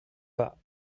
pas